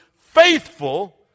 faithful